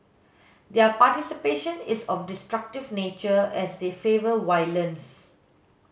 their participation is of destructive nature as they favour violence